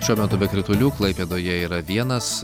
šiuo metu be kritulių klaipėdoje yra vienas